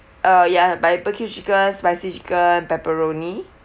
uh yeah barbecue chicken spicy chicken pepperoni